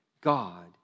God